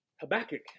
Habakkuk